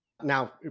Now